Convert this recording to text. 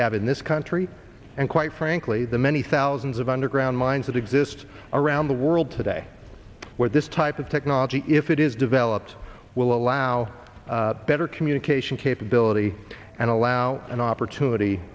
have in this country and quite frankly the many thousands of underground mines that exist around the world today where this type of technology if it is developed will allow better communication capability and allow an opportunity